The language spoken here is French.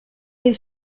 les